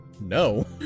no